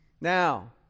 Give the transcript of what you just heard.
Now